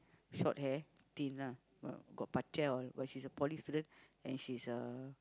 short hair thin ah but got but she's a poly student and she's a